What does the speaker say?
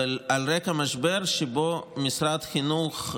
על רקע משבר שבו משרד החינוך,